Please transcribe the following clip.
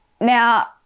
Now